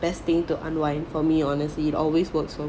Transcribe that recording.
best thing to unwind for me honestly it always works